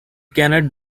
cannot